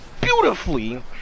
beautifully